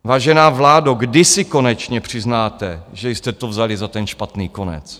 Vážená vládo, kdysi konečně přiznáte, že jste to vzali za ten špatný konec?